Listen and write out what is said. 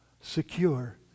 secure